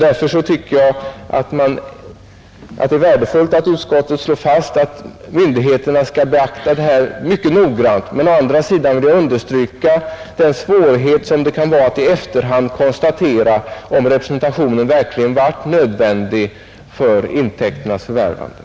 Därför tycker jag att det är värdefullt att utskottet slår fast att myndigheterna skall beakta detta mycket noggrant. Å andra sidan vill jag understryka svårigheten att i efterhand konstatera om representationen verkligen varit nödvändig för intäkternas förvärvande.